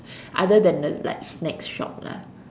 other then the like snacks shop lah